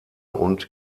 und